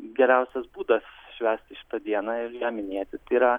geriausias būdas švęsti šitą diena ir ją minėti tai yra